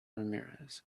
ramirez